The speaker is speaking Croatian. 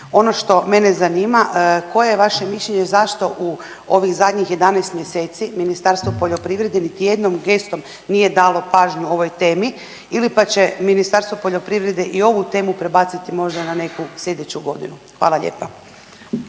Ono što mene zanima, koje je vaše mišljenje zašto u ovih zadnjih 11 mjeseci Ministarstvo poljoprivrede niti jednom gestom nije dalo pažnju ovoj temi ili pa će se Ministarstvo poljoprivrede i ovu temu prebaciti možda na neki sljedeću godinu. Hvala lijepa.